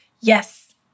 Yes